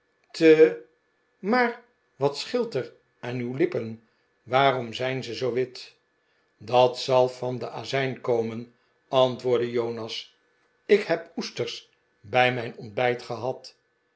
te maar wat scheelt er aan uw lippen waarom zijn ze zoo wit dat zal van den azijn komen antwoordde jonas ik heb oesters bij mijn onbijt gehad